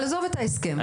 עזוב אותי מההסכם,